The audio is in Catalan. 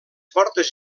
portes